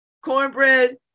cornbread